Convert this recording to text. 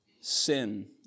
sin